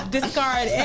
Discard